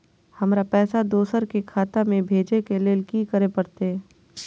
हमरा पैसा दोसर के खाता में भेजे के लेल की करे परते?